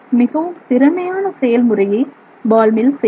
மிகவும் திறமையான செயல்முறையை பால் மில் செய்கிறது